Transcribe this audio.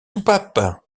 soupapes